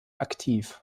aktiv